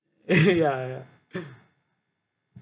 ya ya